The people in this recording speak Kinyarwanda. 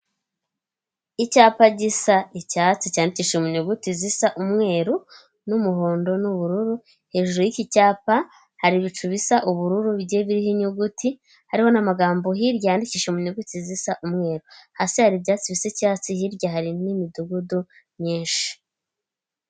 Icyapa gisa icyatsi cyandikishije mu nyuguti zisa umweru, n'umuhondo n'ubururu, hejuru y'iki cyapa hari ibicu bisa ubururu bigiye biriho inyuguti, hariho n'amagambo hirya yandikishije mu nyuguti zisa umweru, hasi hari ibyatsi bisa icyatsi hirya hari n'imidugudu myinshi.